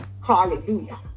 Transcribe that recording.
Hallelujah